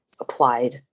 Applied